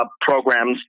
programs